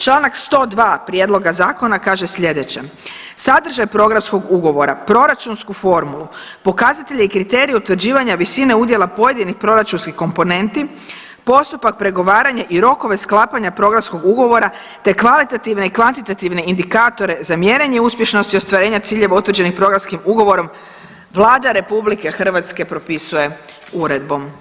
Članka 102. prijedloga zakona kaže slijedeće, sadržaj programskog ugovora, proračunsku formu pokazatelj je kriterija utvrđivanja visine udjela pojedinih proračunskih komponenti, postupak pregovaranja i rokove sklapanja programskog ugovora te kvalitativne i kvantitativne indikatore za mjerenje uspješnosti ostvarenje ciljeva utvrđenih programskim ugovorom Vlada RH propisuje uredbom.